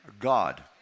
God